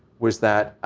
was that,